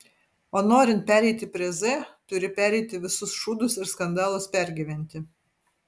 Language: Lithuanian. o norint pereiti prie z turi pereiti visus šūdus ir skandalus pergyventi